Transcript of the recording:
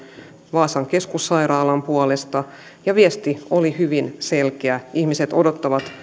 vaasan keskussairaalan puolesta ja viesti oli hyvin selkeä ihmiset odottavat